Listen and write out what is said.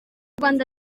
rwanda